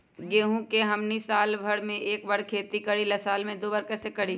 गेंहू के हमनी साल भर मे एक बार ही खेती करीला साल में दो बार कैसे करी?